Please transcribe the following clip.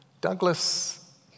Douglas